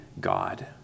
God